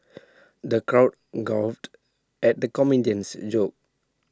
the crowd guffawed at the comedian's jokes